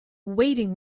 waiting